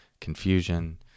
confusion